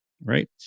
right